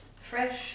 fresh